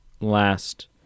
last